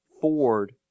Ford